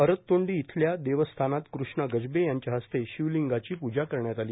अरततोंडी येथील देवस्थानात कृष्णा गजबे यांच्या हस्ते शिवलिंगाची पूजा करण्यात आली